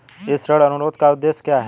इस ऋण अनुरोध का उद्देश्य क्या है?